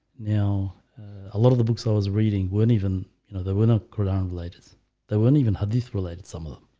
now a lot of the books i was reading weren't even you know, there were no credible ages they weren't even had youth related some of them.